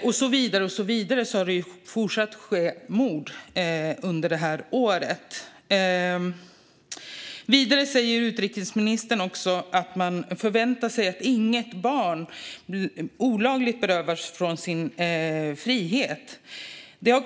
Under året har det fortsatt att ske mord. Utrikesministern säger vidare att man förväntar sig att inget barn blir olagligt berövat sin frihet.